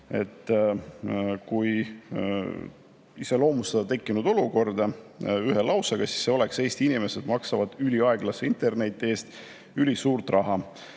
Kui iseloomustada tekkinud olukorda ühe lausega, siis see oleks: Eesti inimesed maksavad üliaeglase interneti eest ülisuurt raha.